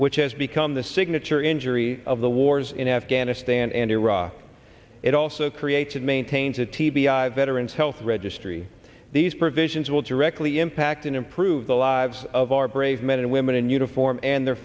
which has become the signature injury of the wars in afghanistan and iraq it also creates and maintains a t b i veterans health registry these provisions will directly impact and improve the lives of our brave men and women in uniform and their